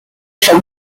son